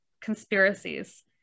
conspiracies